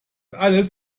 alles